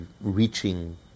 reaching